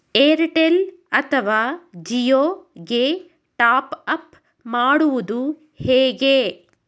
Airtel ಅಥವಾ ಜಿಯೊ ಗೆ top up ಮಾಡುವುದು ಹೇಗೆ?